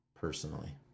personally